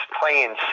playing